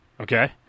Okay